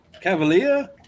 Cavalier